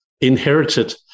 inherited